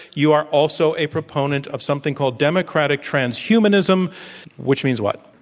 you are also a proponent of something called democratic transhumanism which means what?